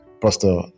Pastor